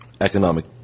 economic